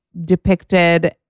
depicted